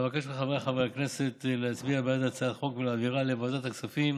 אבקש מחבריי חברי הכנסת להצביע בעד הצעת החוק ולהעבירה לוועדת הכספים